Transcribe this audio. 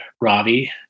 Robbie